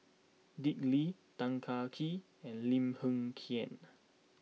Dick Lee Tan Kah Kee and Lim Hng Kiang